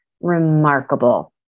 Remarkable